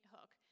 Hook